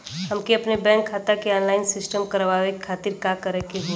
हमके अपने बैंक खाता के ऑनलाइन सिस्टम करवावे के खातिर का करे के होई?